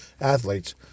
athletes